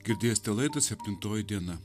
girdėsite laidą septintoji diena